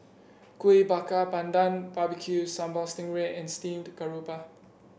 Kuih Bakar Pandan Barbecue Sambal Sting Ray and Steamed Garoupa